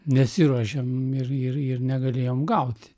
nesiruošėm ir ir ir negalėjom gauti